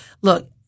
Look